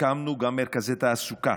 הקמנו גם מרכזי תעסוקה,